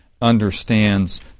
understands